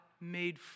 made